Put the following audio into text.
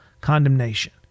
condemnation